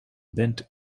bent